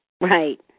Right